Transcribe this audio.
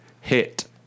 hit